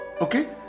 Okay